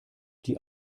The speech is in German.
die